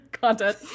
content